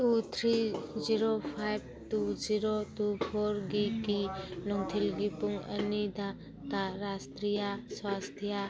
two three zero five two zero two ꯐꯣꯔꯒꯤꯀꯤ ꯅꯨꯡꯊꯤꯜꯒꯤ ꯄꯨꯡ ꯑꯅꯤꯗ ꯇ ꯔꯥꯁꯇ꯭ꯔꯤꯌꯥ ꯁ꯭ꯋꯥꯁꯇꯤꯌꯥ